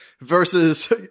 versus